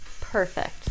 perfect